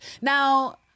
Now